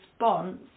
response